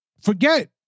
forget